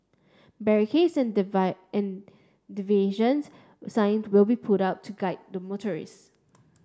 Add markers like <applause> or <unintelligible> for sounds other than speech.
barricades and <unintelligible> and diversions signs will be put up to guide motorists